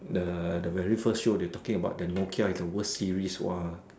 the the very first show they talking about Nokia is the worst Series !wah!